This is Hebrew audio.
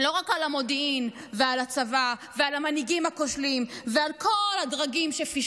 לא רק על המודיעין ועל הצבא ועל המנהיגים הכושלים ועל כל הדרגים שפישלו,